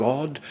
God